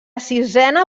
sisena